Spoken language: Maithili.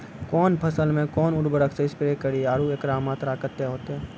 कौन फसल मे कोन उर्वरक से स्प्रे करिये आरु एकरो मात्रा कत्ते होते?